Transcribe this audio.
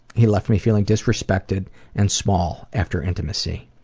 he left me feeling disrespectful and small after intimacy.